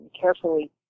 carefully